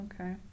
Okay